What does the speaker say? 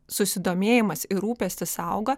susidomėjimas ir rūpestis auga